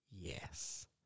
Yes